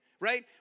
right